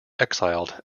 exiled